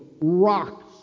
rocks